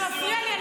זה מפריע לי,